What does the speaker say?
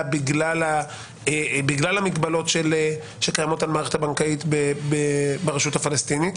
בגלל המגבלות שקיימות על המערכת הבנקאית ברשות הפלסטינית